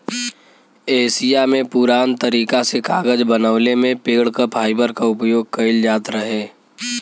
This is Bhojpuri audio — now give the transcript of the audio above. एशिया में पुरान तरीका से कागज बनवले में पेड़ क फाइबर क उपयोग कइल जात रहे